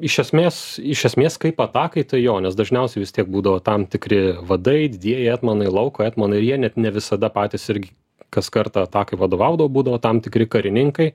iš esmės iš esmės kaip atakai tai jo nes dažniausiai vis tiek būdavo tam tikri vadai didieji etmonai lauko etmonai ir jie net ne visada patys irg kas kartą atakai vadovaudavo būdavo tam tikri karininkai